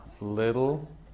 Little